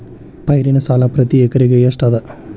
ಪೈರಿನ ಸಾಲಾ ಪ್ರತಿ ಎಕರೆಗೆ ಎಷ್ಟ ಅದ?